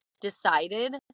decided